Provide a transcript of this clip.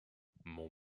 mon